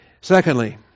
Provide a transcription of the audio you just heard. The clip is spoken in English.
Secondly